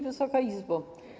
Wysoka Izbo!